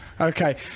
Okay